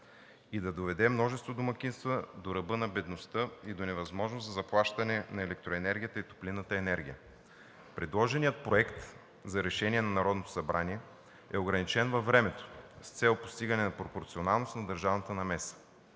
и да доведе множество домакинства до ръба на бедността и до невъзможност за заплащане на електроенергията и топлинната енергия. Предложеният проект за решение на Народното събрание е ограничен във времето с цел постигане на пропорционалност на държавната намеса.